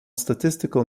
statistical